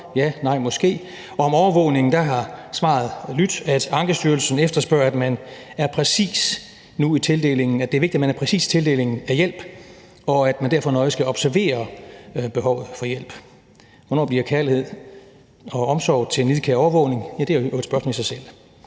ja, nej, måske. Og om overvågningen har svaret lydt, at Ankestyrelsen efterspørger, at det er vigtigt, at man er præcis i tildelingen af hjælp, og at man derfor nøje skal observere behovet for hjælp. Hvornår bliver kærlighed og omsorg til nidkær overvågning? Ja, det er jo i øvrigt et spørgsmål i sig selv.